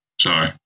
Sorry